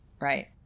right